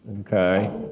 okay